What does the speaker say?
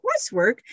coursework